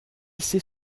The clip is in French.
sait